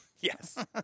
Yes